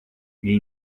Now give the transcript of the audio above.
nii